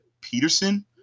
Peterson